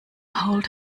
hold